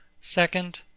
Second